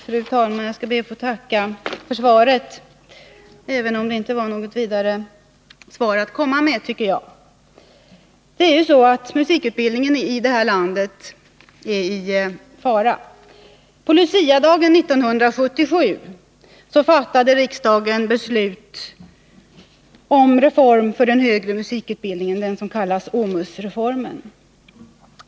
Fru talman! Jag skall be att få tacka för svaret, även om det enligt min mening inte var något vidare svar att komma med. Det är ju så att musikutbildningen i det här landet är i fara. På Luciadagen 1977 fattade riksdagen beslut om en reform för den högre musikutbildningen, den s.k. OMUS-reformen.